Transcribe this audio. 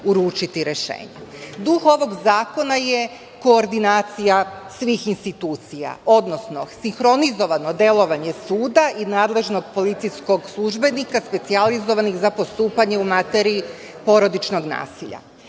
ovog zakona je koordinacija svih institucija, odnosno sinhronizovano delovanje suda i nadležnog policijskog službenika, specijalizovanih za postupanje u materiji porodičnog nasilja.